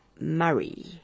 Murray